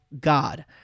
God